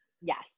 Yes